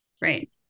right